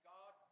God